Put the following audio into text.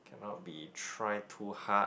cannot be try too hard